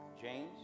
james